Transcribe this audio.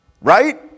right